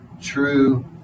true